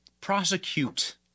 prosecute